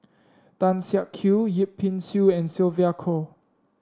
Tan Siak Kew Yip Pin Xiu and Sylvia Kho